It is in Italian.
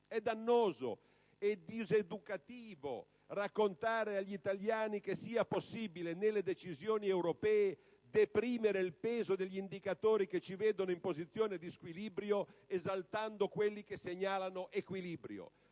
È dannoso e diseducativo raccontare agli italiani che è possibile, nelle decisioni europee, deprimere il peso degli indicatori che ci vedono in posizione di squilibrio, esaltando invece quelli che segnalano equilibrio.